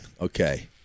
Okay